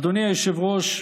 אדוני היושב-ראש,